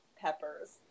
peppers